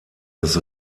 des